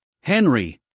Henry